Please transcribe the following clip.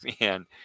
man